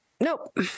Nope